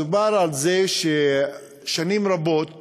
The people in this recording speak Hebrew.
מדובר על זה ששנים רבות